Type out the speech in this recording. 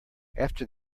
after